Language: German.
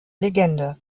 legende